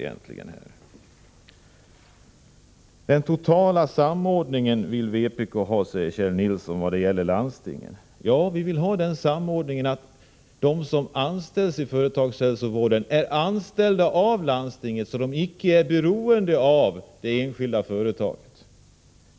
Kjell Nilsson sade att vpk vill ha total samordning när det gäller landstingen. Ja, vi vill ha den samordningen att de som anställs i företagshälsovården är anställda av landstinget, så att de inte är beroende av det enskilda företaget.